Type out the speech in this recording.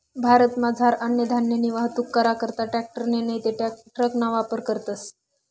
भारतमझार अन्नधान्यनी वाहतूक करा करता ट्रॅकटर नैते ट्रकना वापर करतस